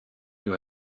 you